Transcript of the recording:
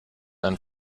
ein